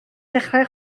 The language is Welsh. dechrau